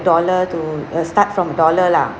dollar to err start from dollar lah